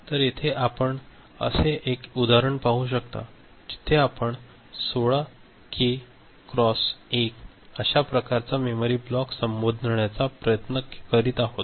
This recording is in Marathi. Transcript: तर येथे आपण असे एक उदाहरण पाहू शकता जिथे आपण 16 के क्रॉस 1 अशा प्रकारचा मेमरी ब्लॉक संबोधण्याचा प्रयत्न करीत आहोत